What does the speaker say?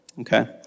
okay